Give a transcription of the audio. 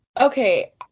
Okay